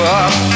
up